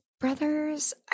Brothers